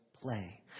play